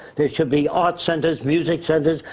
there should be art centers, music centers,